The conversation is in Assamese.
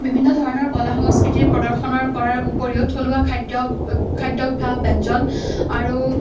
বিভিন্ন ধৰণৰ কলা সংস্কৃতিৰ প্ৰদৰ্শনৰ কৰাৰ উপৰিও থলুৱা খাদ্য খাদ্যাভাষ ব্যঞ্জণ আৰু